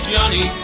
Johnny